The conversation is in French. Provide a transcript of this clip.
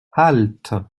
halte